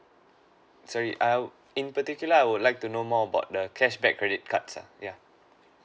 sorry I'll in particular I would like to know more about the cashback credit cards uh ya